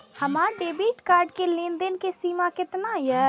हमार debit card के लेन देन के सीमा केतना ये?